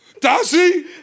Darcy